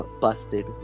busted